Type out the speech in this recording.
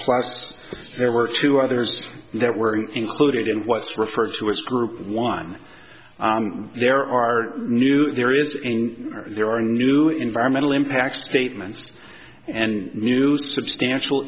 plus there were two others that were included in what's referred to as group one there are new there is in there are new environmental impact statements and new substantial